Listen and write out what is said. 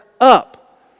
up